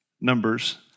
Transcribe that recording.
Numbers